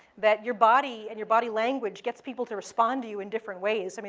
that your body, and your body language gets people to respond to you in different ways. i mean